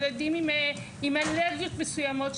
ילדים עם אלרגיות מסוימות,